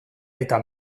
eta